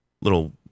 little